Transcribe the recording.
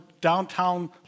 downtown